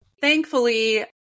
thankfully